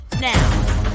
now